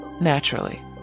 naturally